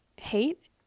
hate